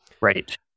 Right